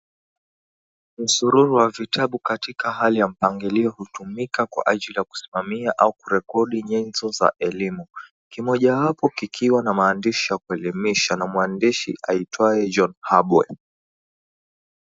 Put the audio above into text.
Msururu wa vitabu katika hali ya mpangilio hutumika kwa ajili ya kusimamia au kurekodi nyenzo za elimu. Kimojawapo kikiwa na maandishi ya kuelimisha na muandishi aitwaye John Habwe.